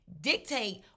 dictate